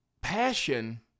Passion